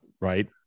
right